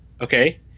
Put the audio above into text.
okay